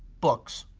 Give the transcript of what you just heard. books,